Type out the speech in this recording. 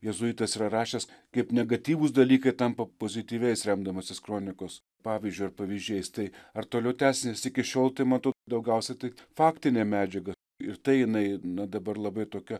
jėzuitas yra rašęs kaip negatyvūs dalykai tampa pozityviais remdamasis kronikos pavyzdžiu ar pavyzdžiais tai ar toliau tęsia nes iki šiol tai matau daugiausiai tai faktinę medžiagą ir tai jinai nu dabar labai tokia